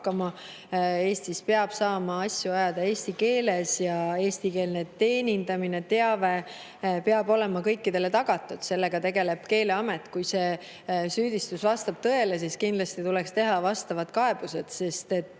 Eestis peab saama asju ajada eesti keeles ja eestikeelne teenindamine, teave peab olema kõikidele tagatud. Sellega tegeleb Keeleamet. Kui see süüdistus vastab tõele, siis kindlasti tuleks teha vastavad kaebused, sest